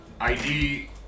ID